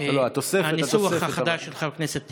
עם הניסוח החדש של חבר הכנסת טיבי.